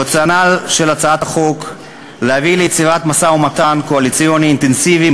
הרציונל של הצעת החוק הוא להביא ליצירת משא-ומתן קואליציוני אינטנסיבי,